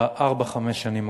בארבע, חמש השנים הקרובות?